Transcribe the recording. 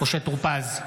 משה טור פז,